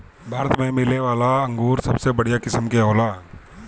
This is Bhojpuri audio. भारत में मिलेवाला अंगूर सबसे बढ़िया किस्म के होला